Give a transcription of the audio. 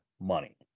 money